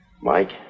Mike